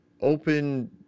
open